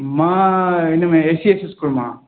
मां हिन में ए सी एस स्कूल मां